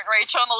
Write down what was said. Rachel